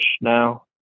now